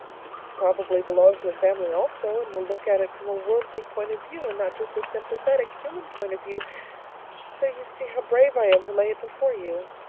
you probably belong to a family also, and will look at it from a worldly point of view and not just a sympathetic, human point of view so you see how brave i am to lay it before you.